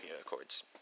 Accords